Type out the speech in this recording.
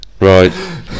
right